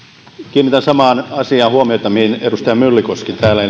kiinnitän samaan asiaan huomiota mihin edustaja myllykoski täällä